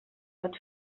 pot